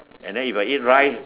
and then if I eat rice